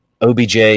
OBJ